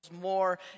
more